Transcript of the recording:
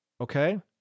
Okay